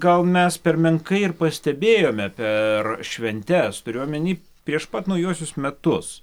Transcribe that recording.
gal mes per menkai ir pastebėjome per šventes turiu omeny prieš pat naujuosius metus